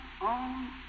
on